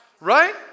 Right